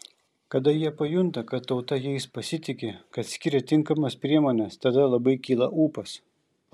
kada jie pajunta kad tauta jais pasitiki kad skiria tinkamas priemones tada labai kyla ūpas